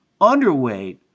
underweight